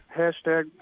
hashtag